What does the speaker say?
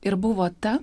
ir buvo ta